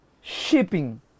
shipping